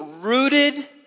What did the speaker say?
rooted